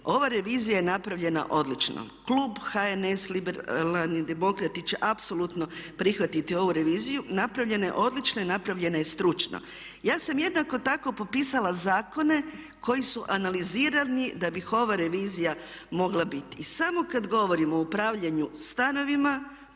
ova revizija je napravljena odlično. Klub HNS, Liberalni demokrati će apsolutno prihvatiti ovu reviziju, napravljena je odlično i napravljena je stručno. Ja sam jednako tako popisala zakone koji su analizirani da bi ova revizija mogla biti. I samo kada govorimo o upravljanju stanovima,